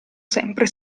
sempre